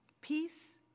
Peace